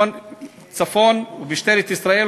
אז אני אצטט מדוח אור ואני אזכיר לו: במשטרת ישראל,